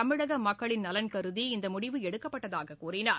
தமிழக மக்களின் நலன் கருதி இந்த முடிவு எடுக்கப்பட்டதாக கூறினார்